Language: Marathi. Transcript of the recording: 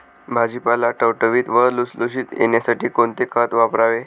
भाजीपाला टवटवीत व लुसलुशीत येण्यासाठी कोणते खत वापरावे?